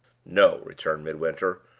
no! returned midwinter,